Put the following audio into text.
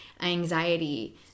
anxiety